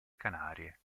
canarie